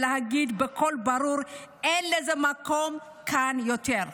ולהגיד בקול ברור: אין לזה מקום כאן יותר?